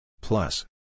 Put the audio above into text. Plus